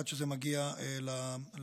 עד שזה מגיע לצרכן.